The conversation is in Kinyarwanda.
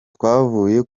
twavuye